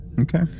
okay